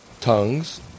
Tongues